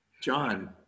John